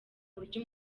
buryo